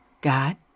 God